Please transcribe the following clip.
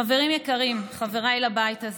חברים יקרים, חבריי לבית הזה,